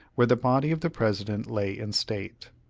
where the body of the president lay in state.